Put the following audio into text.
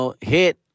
hit